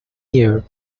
year